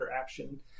action